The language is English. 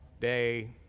day